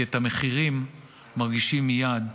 כי את המחירים מרגישים מייד,